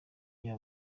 iyo